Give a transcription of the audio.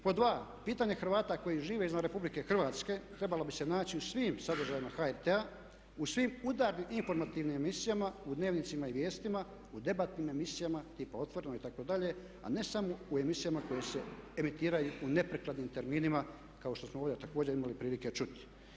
Pod dva, pitanje Hrvata koji žive izvan Republike Hrvatske trebalo bi se naći u svim sadržajima HRT-a, u svim udarnim, informativnim emisijama, u dnevnicima i vijestima, u debatnim emisijama tipa otvorenog itd. a ne samo u emisijama koje se emitiraju u neprikladnim terminima kao što smo ovdje također imali prilike čuti.